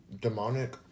Demonic